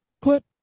clip